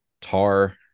Tar